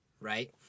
Right